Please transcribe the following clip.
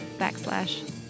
backslash